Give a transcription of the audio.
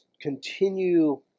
continue